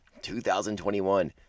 2021